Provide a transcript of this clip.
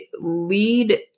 lead